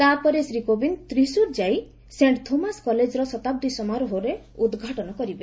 ତା'ପରେ ଶ୍ରୀ କୋବିନ୍ଦ ତ୍ରିଶ୍ୱର ଯାଇ Saint Thomas କଲେଜର ଶତାବ୍ଦୀ ସମାରୋହ ଉଦ୍ଘାଟନ କରିବେ